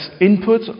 input